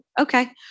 Okay